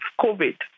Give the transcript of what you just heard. COVID